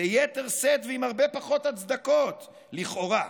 ביתר שאת ועם הרבה פחות הצדקות, לכאורה,